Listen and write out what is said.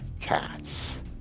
cats